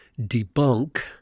debunk